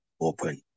open